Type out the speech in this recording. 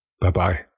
Bye-bye